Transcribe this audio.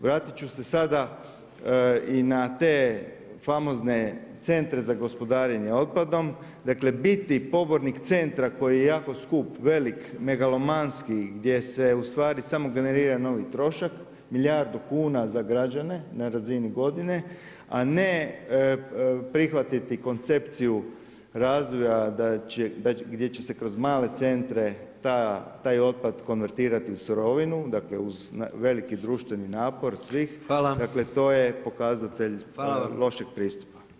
Vratit ću se sada i na te famozne centre za gospodarenje otpadom, dakle biti pobornik centra koji je jako skup, velik, megalomanski gdje se samo generira novi trošak, milijardu kuna za građane na razini godine, a ne prihvatiti koncepciju razvoja gdje će se kroz male centre taj otpad konvertirati u sirovinu uz veliki društveni napor svih to je pokazatelj lošeg pristupa.